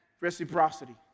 reciprocity